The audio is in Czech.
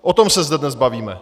O tom se zde dnes bavíme.